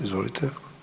Izvolite.